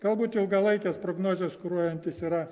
galbūt ilgalaikes prognozes kuruojantis yra